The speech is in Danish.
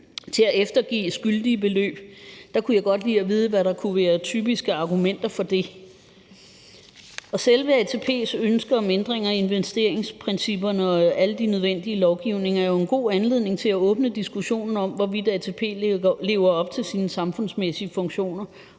til at eftergive skyldige beløb. Der kunne jeg godt lide at vide, hvad der kunne være typiske argumenter for det. Selve ATP's ønske om ændringer af investeringsprincipperne og alle de nødvendige lovgivninger er jo en god anledning til at åbne diskussionen om, hvorvidt ATP lever op til sine samfundsmæssige funktioner,